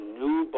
new